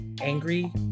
angry